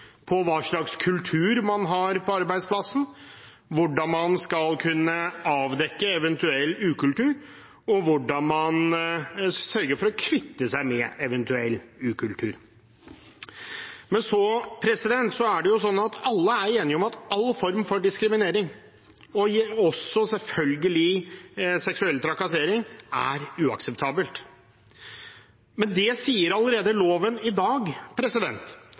hva slags kultur man har på arbeidsplassen, hvordan man skal kunne avdekke eventuell ukultur, og hvordan man sørger for å kvitte seg med eventuell ukultur. Alle er enige om at all form for diskriminering, selvfølgelig også seksuell trakassering, er uakseptabelt. Men det sier loven allerede i dag.